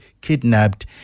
kidnapped